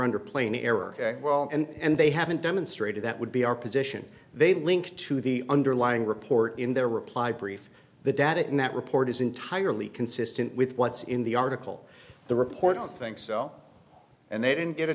under plain error well and they haven't demonstrated that would be our position they link to the underlying report in their reply brief the data in that report is entirely consistent with what's in the article the report thinks so and they didn't get a